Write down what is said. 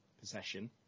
possession